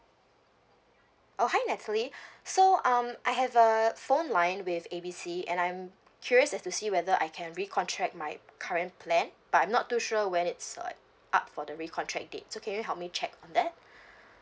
oh hi natalie so um I have a phone line with A B C and I'm curious as to see whether I can recontract my current plan but I'm not too sure when it's like up for the recontract date so can you help me check on that